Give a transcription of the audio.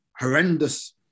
horrendous